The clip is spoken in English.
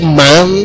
man